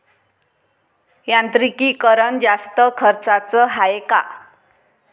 यांत्रिकीकरण जास्त खर्चाचं हाये का?